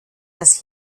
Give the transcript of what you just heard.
das